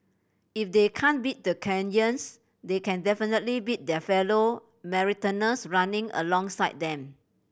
if they can't beat the Kenyans they can definitely beat their fellow marathoners running alongside them